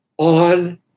on